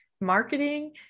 marketing